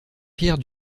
pierre